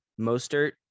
Mostert